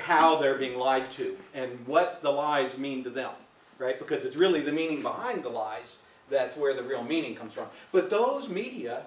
how they're being lied to and what the lies mean to them because it's really the meaning behind the lies that's where the real meaning comes from but those media